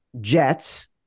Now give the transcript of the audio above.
Jets